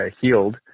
healed